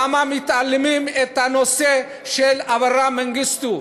למה מתעלמים מהנושא של אברה מנגיסטו?